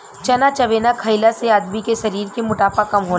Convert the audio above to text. चना चबेना खईला से आदमी के शरीर के मोटापा कम होला